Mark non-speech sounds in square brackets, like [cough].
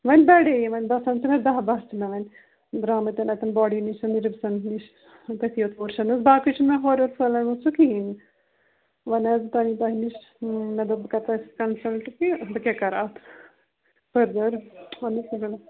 وۅنۍ بَڑے یِم وۅنۍ باسان چھُ مےٚ دَہ باہ چھِ مےٚ وۅنۍ درٛامٕتۍ اَتٮ۪ن بارڈی نِش رِبسَن نِش تٔتھی یوت پورشَنس حظ باقٕے چھُنہٕ مےٚ ہورٕ یور پھٔہلیٛومُت سُہ کِہیٖنۍ وۅنۍ آیس بہٕ تۄہہِ تۄہہِ نِش مےٚ دوٚپ بہٕ کَرٕ تۄہہِ سٍتۍ کَنسَلٹہٕ تہِ بہٕ کیٛاہ کَرٕ اَتھ فٔردر [unintelligible]